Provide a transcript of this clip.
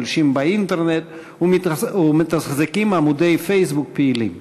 גולשים באינטרנט ומתחזקים עמודי פייסבוק פעילים.